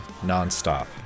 nonstop